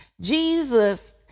Jesus